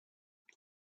what